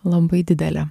labai didelė